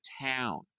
town